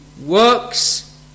works